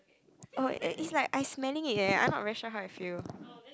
oh it is like I smelling it I I not really sure how it feel